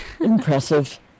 Impressive